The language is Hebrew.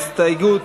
הסתייגות